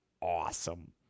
awesome